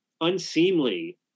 unseemly